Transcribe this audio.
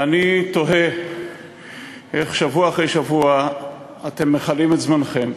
ואני תוהה איך שבוע אחרי שבוע אתם מכלים את זמנכם,